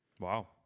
Wow